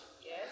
Yes